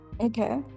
Okay